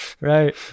right